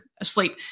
asleep